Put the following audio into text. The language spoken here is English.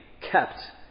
kept